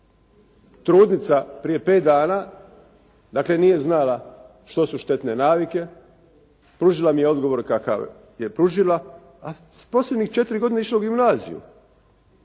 Trudnica prije pet dana, dakle nije znala što su štetne navike. Pružila mi je odgovor kakav je pružila, a posljednjih 4 godine je išla u gimnaziju